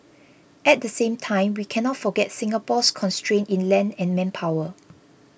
at the same time we cannot forget Singapore's constraints in land and manpower